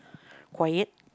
quiet